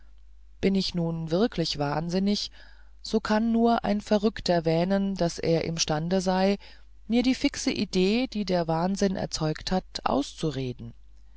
bin ich nun wirklich wahnsinnig so kann nur ein verrückter wähnen daß er imstande sein werde mir die fixe idee die der wahnsinn erzeugt hat auszureden